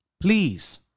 Please